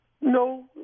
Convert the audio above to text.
No